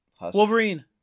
Wolverine